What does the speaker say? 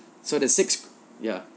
so the sixth ya